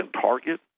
target